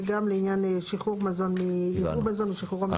וגם לעניין שחרור מזון, ייבוא מזון ושחרורו.